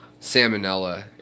salmonella